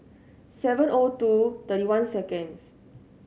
seven O two thirty one seconds